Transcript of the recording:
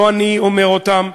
לא אני אומר אותם,